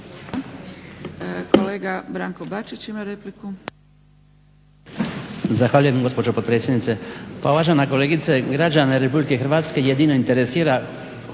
Hvala